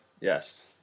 Yes